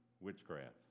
witchcraft